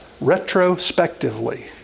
retrospectively